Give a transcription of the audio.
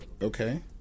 Okay